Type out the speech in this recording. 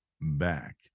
back